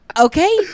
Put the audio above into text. okay